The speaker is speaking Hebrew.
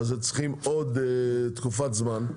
נצטרך עוד תקופת זמן.